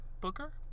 Booker